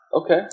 Okay